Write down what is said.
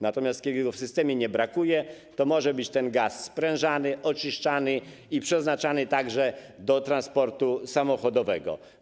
Natomiast kiedy go w systemie nie brakuje, to ten gaz może być sprężany, oczyszczany i przeznaczany także do transportu samochodowego.